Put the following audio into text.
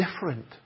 different